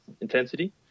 intensity